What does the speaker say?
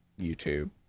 YouTube